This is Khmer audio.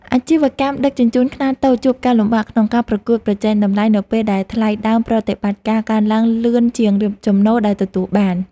អាជីវកម្មដឹកជញ្ជូនខ្នាតតូចជួបការលំបាកក្នុងការប្រកួតប្រជែងតម្លៃនៅពេលដែលថ្លៃដើមប្រតិបត្តិការកើនឡើងលឿនជាងចំណូល ដែលទទួលបាន។